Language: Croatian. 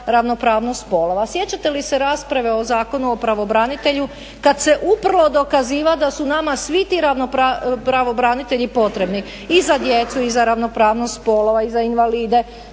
ravnopravnost spolova. Sjećate li se rasprave o Zakonu o pravobranitelju kad se uprlo dokazivat da su nama svi ti pravobranitelji potrebni i za djecu i za ravnopravnost spolova i za invalide